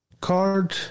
card